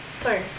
Sorry